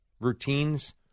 routines